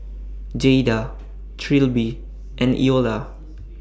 Jayda Trilby and Eola